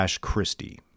christie